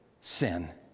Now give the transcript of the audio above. sin